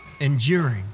enduring